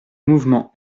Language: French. mouvement